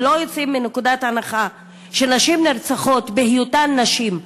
אם לא יוצאים מנקודת הנחה שנשים נרצחות בהיותן נשים,